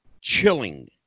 chilling